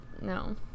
no